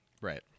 right